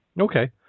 Okay